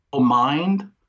mind